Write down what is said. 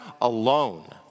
alone